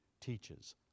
teaches